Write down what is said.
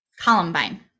columbine